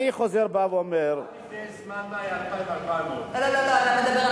עד לפני זמן מה זה היה 2,400. אתה מדבר על